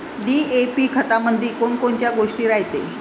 DAP खतामंदी कोनकोनच्या गोष्टी रायते?